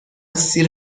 سیر